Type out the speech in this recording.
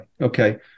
Okay